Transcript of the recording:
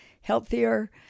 healthier